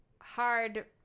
hard